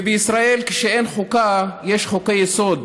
בישראל אין חוקה, יש חוקי-היסוד,